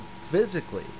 physically